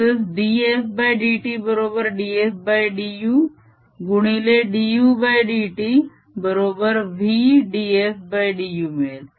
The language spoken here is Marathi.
तसेच dfdt बरोबर dfdu गुणिले dudt बरोबर v dfdu मिळेल